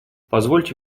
позвольте